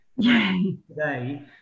today